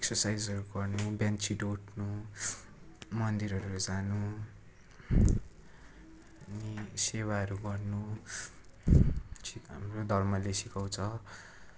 एक्सर्साइजहरू गर्नु बिहान छिटो उठ्नु मन्दिरहरू जानु अनि सेवाहरू गर्नु छि हाम्रो धर्मले सिकाउँछ